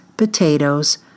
potatoes